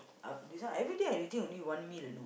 uh this one every day I eating only one meal you know